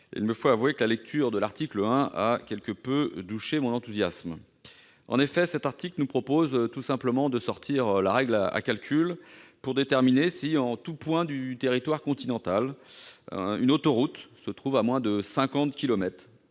du territoire, la lecture de l'article 1 a quelque peu douché mon enthousiasme ... En effet, cet article propose tout simplement de sortir la règle à calcul, afin de déterminer si, en tout point du territoire continental, une autoroute se trouve à moins de